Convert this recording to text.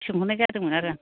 सोंहरनाय जादोंमोन आरो आं